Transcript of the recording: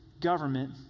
government